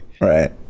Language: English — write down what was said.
right